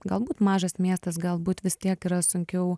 galbūt mažas miestas galbūt vis tiek yra sunkiau